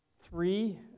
three